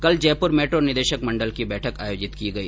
कल जयपुर मेट्रो निदेशक मण्डल की बैठक आयोजित की गई